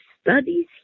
studies